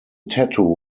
tattoo